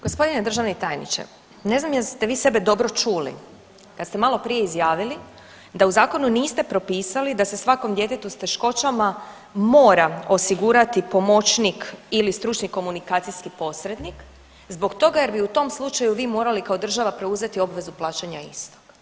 Gospodine državni tajniče, ne znam jeste vi sebe dobro čuli kad ste maloprije izjavili da u zakonu niste propisali da se svakom djetetu s teškoćama mora osigurati pomoćnik ili stručni komunikacijski posrednik zbog toga jer bi u tom slučaju vi morali kao država preuzeti obvezu plaćanja istog.